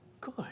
good